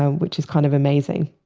ah which is kind of amazing